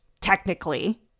technically